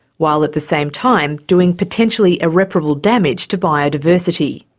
while at the same time doing potentially irreparable damage to biodiversity.